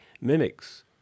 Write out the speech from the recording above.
mimics